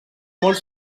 molt